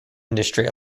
industry